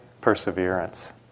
perseverance